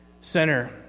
Center